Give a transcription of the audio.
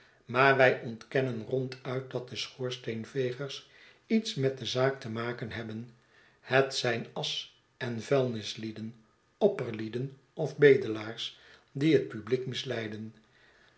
maar wij ontkennen ronduit dat de schoorsteenvegers iets met de zaak te maken hebben het zijn asch en vuilnislieden opperlieden of bedelaars die het publiek misleiden